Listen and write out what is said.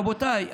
רבותיי,